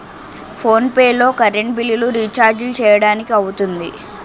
phone pay లో current బిల్లులు, రిచార్జీలు చేయడానికి అవుతుంది